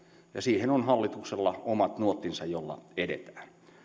ja siihen on hallituksella omat nuottinsa joilla edetään